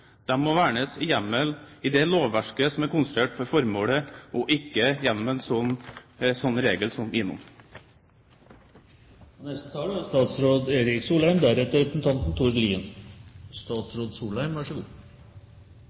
må vernes med hjemmel i det lovverket som er konstruert for formålet, og ikke igjennom en regel som